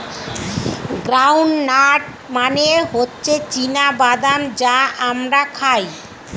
ground nut মানে হচ্ছে চীনা বাদাম যা আমরা খাই